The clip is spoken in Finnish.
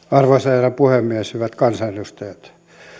arvoisa herra puhemies hyvät kansanedustajat